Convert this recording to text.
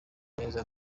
neza